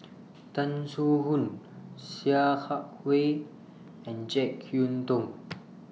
Tan Soo Khoon Sia Kah Hui and Jek Yeun Thong